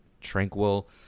tranquil